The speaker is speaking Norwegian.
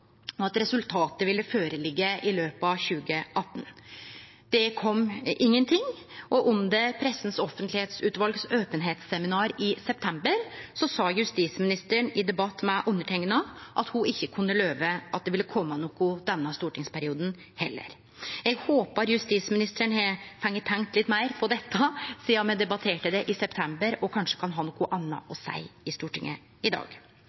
og at resultatet ville liggje føre i løpet av 2018. Det kom ingenting. Under Pressens offentlighetsutvalgs openheitsseminar i september sa justisministeren i debatt med meg at ho ikkje kunne love at det ville komme noko i denne stortingsperioden heller. Eg håpar justisministeren har tenkt litt meir på dette sidan me debatterte det i september og kanskje kan ha noko anna å seie i Stortinget i dag.